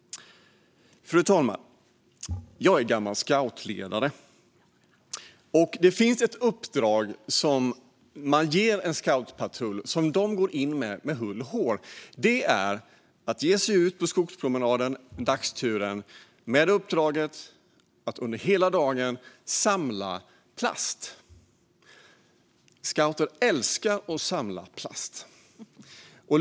Fru talman! Jag är gammal scoutledare. Det finns ett uppdrag som man ger en scoutpatrull som de går in för med hull och hår. Det är att ge sig ut på skogspromenaden, dagsturen, med uppdraget att under hela dagen samla plast. Scouter älskar att samla plast.